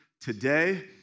today